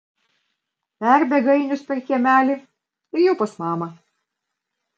perbėga ainius per kiemelį ir jau pas mamą